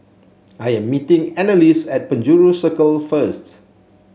I am meeting Anneliese at Penjuru Circle first